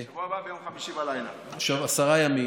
בשבוע הבא ביום חמישי בלילה.